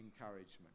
encouragement